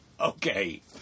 Okay